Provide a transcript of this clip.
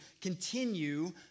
continue